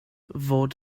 fod